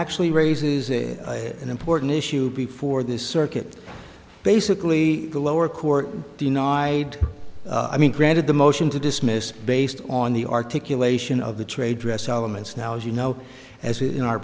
actually raises an important issue before the circuit basically the lower court denied i mean granted the motion to dismiss based on the articulation of the trade dress elements now as you know as in our